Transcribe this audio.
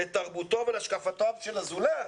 לתרבותו ולהשקפותיו של הזולת.